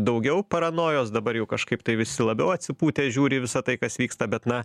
daugiau paranojos dabar jau kažkaip tai visi labiau atsipūtę žiūri į visa tai kas vyksta bet na